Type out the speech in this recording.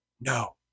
no